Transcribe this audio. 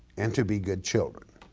and to be good children.